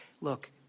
Look